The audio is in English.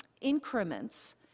increments